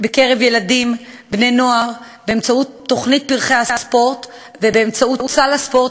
בקרב ילדים ובני-נוער באמצעות תוכנית "פרחי הספורט" ובאמצעות סל הספורט,